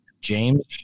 James